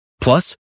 Plus